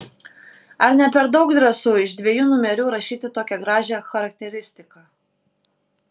ar ne per daug drąsu iš dviejų numerių rašyti tokią gražią charakteristiką